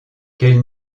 quelle